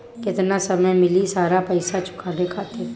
केतना समय मिली सारा पेईसा चुकाने खातिर?